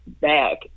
back